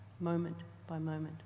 moment-by-moment